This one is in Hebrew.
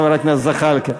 חבר הכנסת זחאלקה.